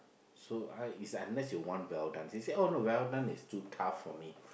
so I it's unless you want well done she said oh no well done is too tough for me